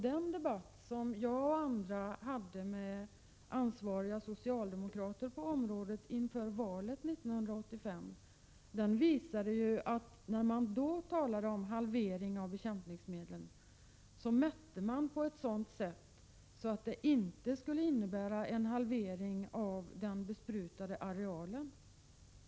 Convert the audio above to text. Den debatt som jag och andra hade med ansvariga socialdemokrater på området inför valet 1985 visade ju att när man då talade om halvering av bekämpningsmedlen, så mätte man på ett sådant sätt att det inte skulle innebära en halvering av den besprutade arealen.